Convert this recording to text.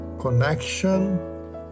connection